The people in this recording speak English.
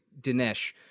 Dinesh